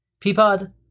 Peapod